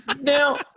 Now